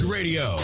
Radio